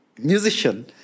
...musician